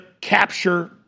capture